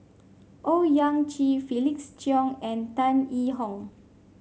Owyang Chi Felix Cheong and Tan Yee Hong